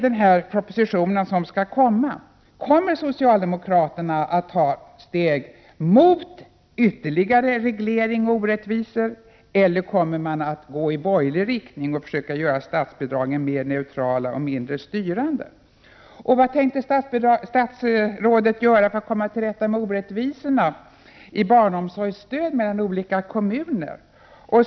Kommer socialdemokraterna i den kommande propositionen att ta steg mot ytterligare reglering och orättvisor, eller kommer de att gå i borgerlig riktning och försöka göra statsbidragen mer neutrala och mindre styrande? Vad tänker statsrådet göra för att komma till rätta med orättvisorna när det gäller barnomsorgsstöd mellan olika kommuner?